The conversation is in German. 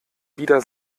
wieder